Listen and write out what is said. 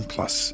Plus